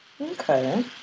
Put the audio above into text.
okay